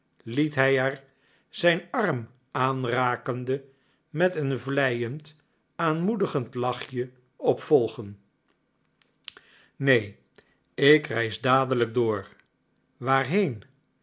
liet hij er zijn arm aanrakende met een vleiend aanmoedigend lachje op volgen neen ik reis dadelijk door waarheen